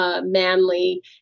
Manly